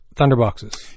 Thunderboxes